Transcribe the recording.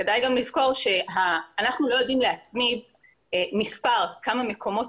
כדאי גם לזכור שאנחנו לא יודעים להצמיד כמה מקומות